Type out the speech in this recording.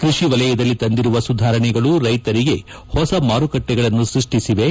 ಕೃಷಿ ವಲಯದಲ್ಲಿ ತಂದಿರುವ ಸುಧಾರಣೆಗಳು ರೈತರಿಗೆ ಹೊಸ ಮಾರುಕಟ್ಟೆಗಳನ್ನು ಸೃಷ್ಟಿಸಿವೆ